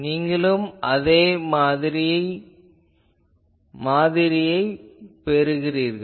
நீங்கள் இங்கும் அதே மாதிரியைப் பெறுகிறீர்கள்